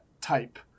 type